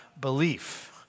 belief